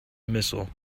missile